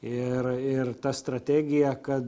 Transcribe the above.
ir ir ta strategija kad